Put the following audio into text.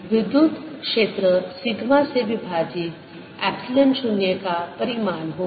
विद्युत क्षेत्र सिग्मा से विभाजित एप्सिलॉन 0 का परिमाण होगा